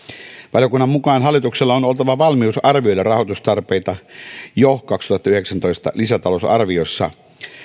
valiokunnan mukaan hallituksella on oltava valmius arvioida rahoitustarpeita jo kaksituhattayhdeksäntoista lisätalousarviossa